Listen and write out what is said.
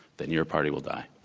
then your party will die.